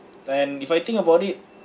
and if I think about it